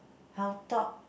health talk